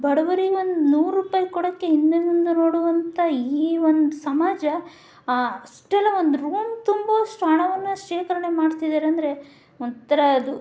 ಬಡವರಿಗೊಂದು ನೂರು ರೂಪಾಯಿ ಕೊಡೋಕ್ಕೆ ಹಿಂದೆ ಮುಂದೆ ನೋಡುವಂಥ ಈ ಒಂದು ಸಮಾಜ ಅಷ್ಟೆಲ್ಲ ಒಂದು ರೂಮ್ ತುಂಬೋ ಅಷ್ಟು ಹಣವನ್ನು ಶೇಖರಣೆ ಮಾಡ್ತಿದಾರೆ ಅಂದರೆ ಒಂಥರ ಅದು